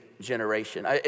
generation